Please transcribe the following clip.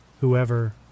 Whoever